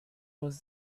was